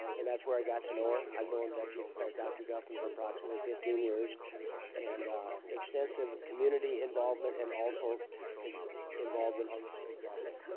and that's where i got to know her. i've known becky dr. guffin for approximately fifteen years and extensive community involvement and also can involvement on the state level.